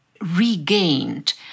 regained